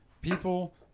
people